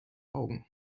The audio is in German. augen